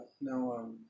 No